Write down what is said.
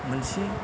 मोनसे